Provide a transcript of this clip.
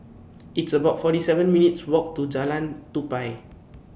It's about forty seven minutes' Walk to Jalan Tupai